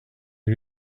you